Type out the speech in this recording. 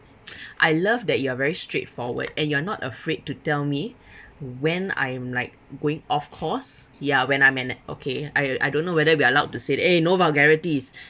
I love that you are very straightforward and you are not afraid to tell me when I am like going off course ya when I'm in an okay I I don't know whether we are allowed to said eh no vulgarities